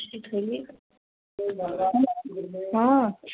हँ